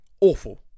awful